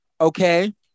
Okay